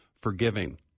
forgiving